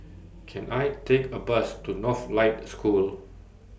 Can I Take A Bus to Northlight School